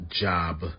job